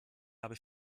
habe